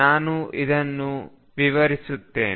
ನಾನು ಇದನ್ನು ವಿವರಿಸುತ್ತೇನೆ